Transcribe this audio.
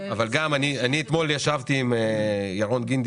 אתמול ישבתי עם ירון גינדי